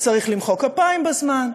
צריך למחוא כפיים בזמן,